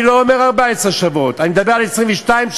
אני לא אומר 14 שבועות, אני מדבר על 22 שבועות.